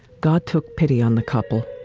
god took pity on the couple.